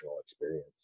experience